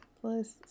Plus